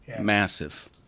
massive